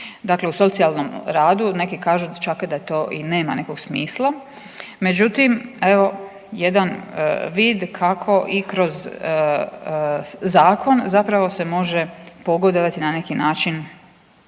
Dakle, u socijalnom radu neki kažu čak da to i nema nekog smisla, međutim evo jedan vid kako i kroz zakon zapravo se može pogodovati na neki način